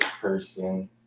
person